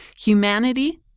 humanity